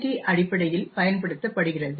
D அடிப்படையில் பயன்படுத்தப்படுகிறது